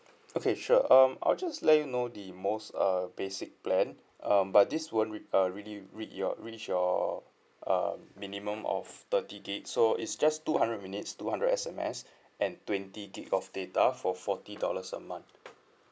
okay sure um I'll just let you know the most uh basic plan um but this won't re~ uh really read your reach your um minimum of thirty gigabyte so is just two hundred minutes two hundred S_M_S and twenty gigabyte of data for forty dollars a month